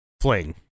fling